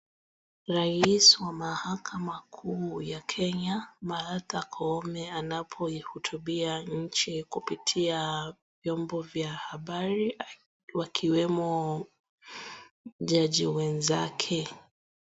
Rais wa mahakama kuu ya Kenya Martha Koome anapoihutubia nchi kupitia vyombo vya habari wakiwemo jaji wenzake.